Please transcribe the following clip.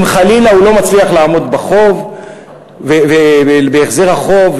אם חלילה הוא לא מצליח לעמוד בחוב ובהחזר החוב,